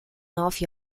north